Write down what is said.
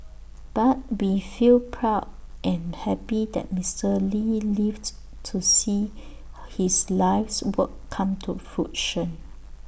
but we feel proud and happy that Mister lee lived to see his life's work come to fruition